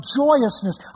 joyousness